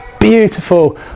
Beautiful